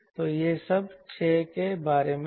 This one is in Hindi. तो यह सब 6 के बारे में था